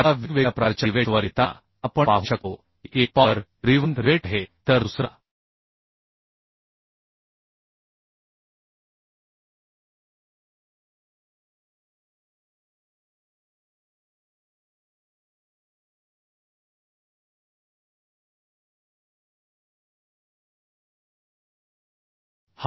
आता वेगवेगळ्या प्रकारच्या रिवेट्सवर येताना आपण पाहू शकतो की एक पॉवर ड्रिव्हन रिवेट आहे